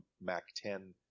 MAC-10